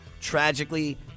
Tragically